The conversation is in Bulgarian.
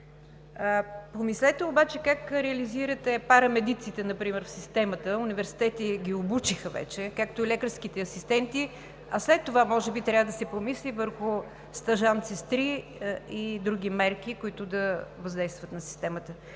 Помислете обаче как реализирате парамедиците например в системата. Университети ги обучиха вече, както и лекарските асистенти, а след това може би трябва да се помисли върху стажант-сестри и други мерки, които да въздействат на системата.